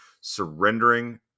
surrendering